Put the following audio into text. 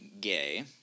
gay